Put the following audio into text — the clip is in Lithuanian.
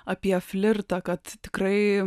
apie flirtą kad tikrai